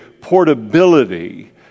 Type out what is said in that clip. portability